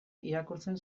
irakurtzen